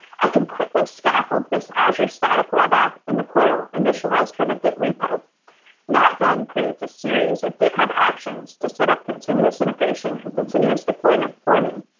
i can quickly scaffold this azure static web app in the portal initialized from a git repo and that then creates a series of github actions to set up continuous integration and continuous deployment for me.